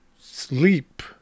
sleep